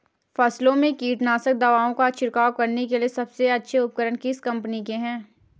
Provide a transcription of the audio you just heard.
फसलों में कीटनाशक दवाओं का छिड़काव करने के लिए सबसे अच्छे उपकरण किस कंपनी के हैं?